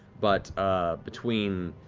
but between